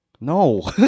No